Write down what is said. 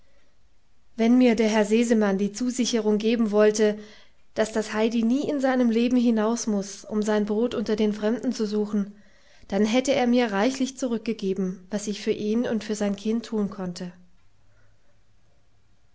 wenn mir der herr sesemann die zusicherung geben wollte daß das heidi nie in seinem leben hinaus muß um sein brot unter den fremden zu suchen dann hätte er mir reichlich zurückgegeben was ich für ihn und sein kind tun konnte